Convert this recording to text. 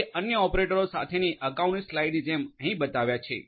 જે અન્ય ઓપરેટરો સાથેની અગાઉની સ્લાઇડ્સની જેમ અહીં બતાવ્યા છે